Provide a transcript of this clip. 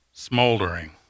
smoldering